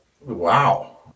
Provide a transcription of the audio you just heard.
wow